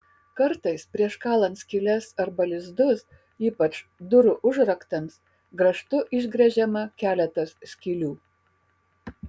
kartais prieš kalant skyles arba lizdus ypač durų užraktams grąžtu išgręžiama keletas skylių